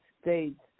states